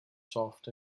soft